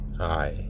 aye